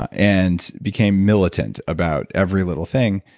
and became militant about every little thing.